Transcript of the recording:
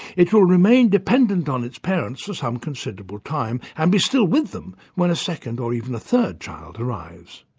it will remain dependent on its parents for some considerable time, and be still with them when a second or even a third child arrives.